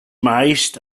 meist